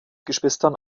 geschwistern